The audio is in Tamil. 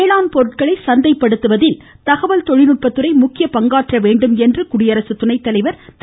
வேளாண் பொருட்களை சந்தைப்படுத்துவதில் தகவல் தொழில்நுட்பத்துறை முக்கிய பங்காற்ற வேண்டும் என்று குடியரசு துணைத்தலைவர் திரு